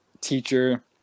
teacher